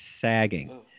sagging